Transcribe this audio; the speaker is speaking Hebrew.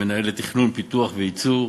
מנהלת תכנון, פיתוח וייצור,